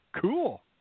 Cool